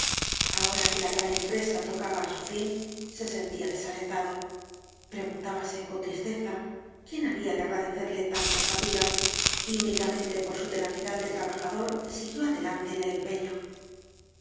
ahora que la gran empresa tocaba á su fio se sentía desalentado preguntábase con tristeza quién había de agradecerle tantas fatigas y únicamente por su tenacidad de trabajador siguió adelante en el empeño